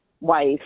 wife